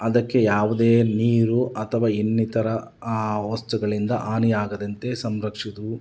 ಅದಕ್ಕೆ ಯಾವುದೇ ನೀರು ಅಥವಾ ಇನ್ನಿತರ ವಸ್ತುಗಳಿಂದ ಹಾನಿಯಾಗದಂತೆ ಸಂರಕ್ಷಿದು